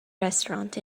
restaurant